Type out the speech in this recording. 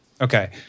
Okay